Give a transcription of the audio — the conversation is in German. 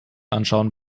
anschauen